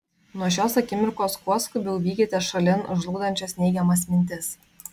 nuo šios akimirkos kuo skubiau vykite šalin žlugdančias neigiamas mintis